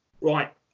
right